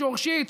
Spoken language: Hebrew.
שורשית,